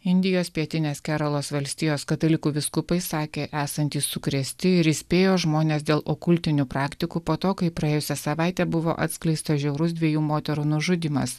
indijos pietinės keralos valstijos katalikų vyskupai sakė esantys sukrėsti ir įspėjo žmones dėl o kultinių praktikų po to kai praėjusią savaitę buvo atskleistos žiaurus dviejų moterų nužudymas